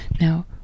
Now